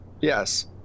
Yes